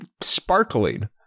Sparkling